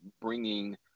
bringing